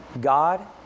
God